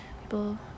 people